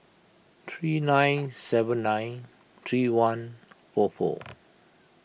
three nine seven nine three one four four